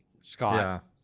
Scott